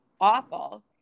awful